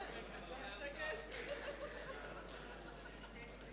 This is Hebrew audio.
אני קובע שתקציב ההשכלה הגבוהה ל-2010 אושר.